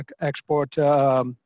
export